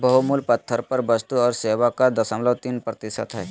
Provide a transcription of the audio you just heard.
बहुमूल्य पत्थर पर वस्तु और सेवा कर दशमलव तीन प्रतिशत हय